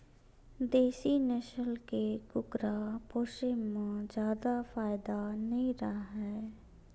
देसी नसल के कुकरा पोसे म जादा फायदा नइ राहय